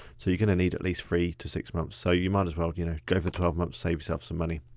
so you're gonna need at least three to six months, so you might as well you know go for twelve months, save yourself some money.